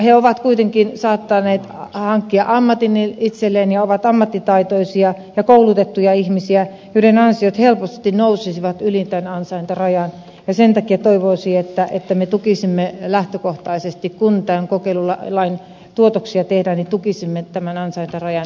he ovat kuitenkin saattaneet hankkia ammatin itselleen ja ovat ammattitaitoisia ja koulutettuja ihmisiä joiden ansiot helposti nousisivat yli tämän ansaintarajan ja sen takia toivoisin että kun tämän kokeilulain tuloksia tarkastellaan niin tukisimme tämän ansaintarajan nostamista